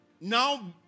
now